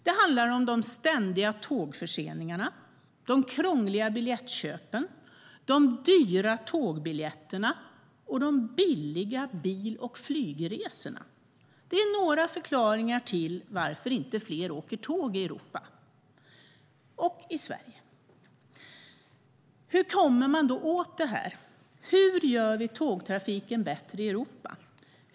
Det handlar om de ständiga tågförseningarna, de krångliga biljettköpen, de dyra tågbiljetterna och de billiga bil och flygresorna. Det är några förklaringar till att inte fler åker tåg i Europa och i Sverige. Hur kommer man då åt detta? Hur gör vi tågtrafiken bättre i Europa?